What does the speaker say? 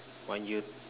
one year